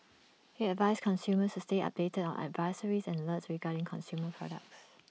he advised consumers to stay updated on advisories and alerts regarding consumer products